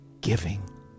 Giving